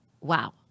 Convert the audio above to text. wow